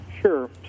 Sure